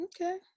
okay